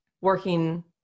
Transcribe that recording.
working